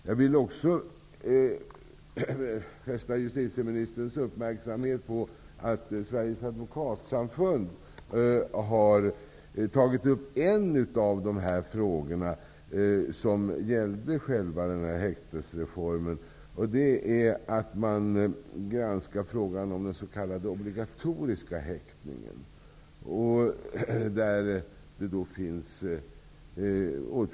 Jag vill även fästa justitieministerns uppmärksamhet på att Sveriges Advokatsamfund har tagit upp frågan om häktesreformen när det gäller den s.k. obligatoriska häktningen.